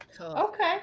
okay